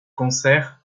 concert